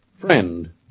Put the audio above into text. friend